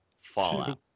Fallout